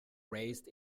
raised